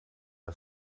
are